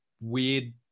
weird